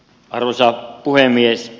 arvoisa puhemies